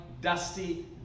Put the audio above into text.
dusty